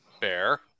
Bear